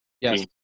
Yes